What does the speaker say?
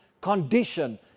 condition